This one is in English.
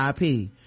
IP